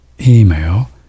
email